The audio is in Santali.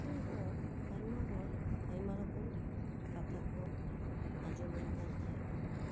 ᱟᱹᱰᱤ ᱦᱚᱲ ᱟᱭᱢᱟ ᱦᱚᱲ ᱟᱭᱢᱟ ᱨᱚᱠᱚᱢ ᱠᱚᱛᱷᱟ ᱠᱚ ᱟᱡᱚᱢᱟᱹᱧ ᱠᱟᱱ ᱛᱟᱦᱮᱸᱫᱼᱟ